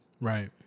Right